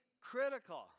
critical